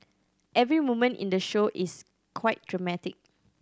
every moment in the show is quite dramatic